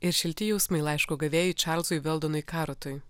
ir šilti jausmai laiško gavėjui čarlzui veldonui karotui